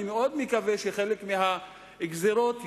ואני מאוד מקווה שחלק מהגזירות יתבטלו.